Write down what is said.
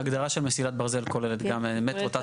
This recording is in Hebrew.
ההגדרה של מסילת ברזל כוללת גם מטרו תת